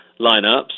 lineups